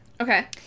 Okay